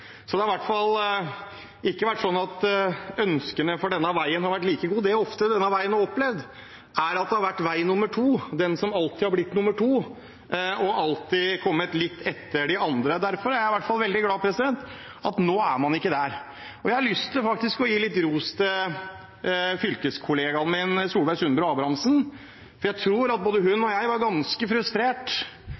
Så det har i hvert fall ikke vært sånn at ønskene for denne veien har vært like gode. Det denne veien ofte har opplevd, er at den har vært vei nummer to, den som alltid har blitt nummer to, og alltid har kommet litt etter de andre. Derfor er jeg i hvert fall veldig glad for at man nå ikke er der. Jeg har lyst til å gi litt ros til fylkeskollegaen min Solveig Sundbø Abrahamsen, for jeg tror at både hun og jeg var ganske frustrert